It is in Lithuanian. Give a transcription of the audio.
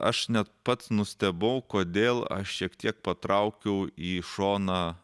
aš net pats nustebau kodėl aš šiek tiek patraukiau į šoną